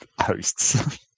hosts